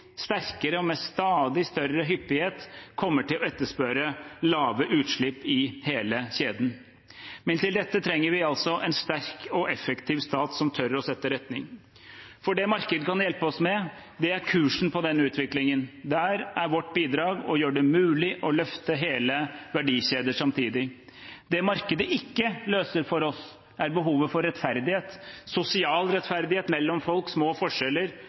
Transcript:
sterkere og med stadig større hyppighet kommer til å etterspørre lave utslipp i hele kjeden. Men til dette trenger vi altså en sterk og effektiv stat som tør å sette retning. Det markedet kan hjelpe oss med, er kursen på den utviklingen. Der er vårt bidrag å gjøre det mulig å løfte hele verdikjeder samtidig. Det markedet ikke løser for oss, er behovet for rettferdighet – sosial rettferdighet mellom folk, små forskjeller,